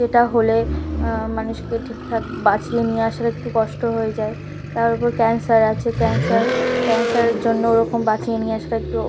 যেটা হলে মানুষকে ঠিকঠাক বাঁচিয়ে নিয়ে আসার একটু কষ্ট হয়ে যায় তার ওপর ক্যান্সার আছে ক্যান্সার ক্যান্সারের জন্য ওরকম বাঁচিয়ে নিয়ে আসাটা একটু